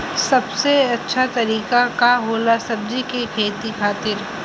सबसे अच्छा तरीका का होला सब्जी के खेती खातिर?